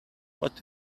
what